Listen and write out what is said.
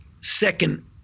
second